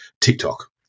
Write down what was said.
TikTok